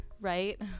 right